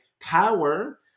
power